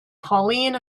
pauline